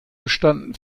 bestanden